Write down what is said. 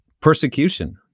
persecution